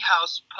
house